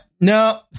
no